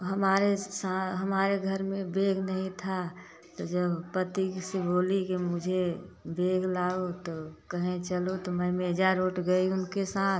हमारे हमारे घर में बेग नहीं था तो जब पति से बोली कि मुझे बेग लाओ तो कहें चलो तो मैं मेजा रोड गई उनके साथ